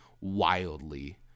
wildly